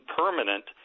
permanent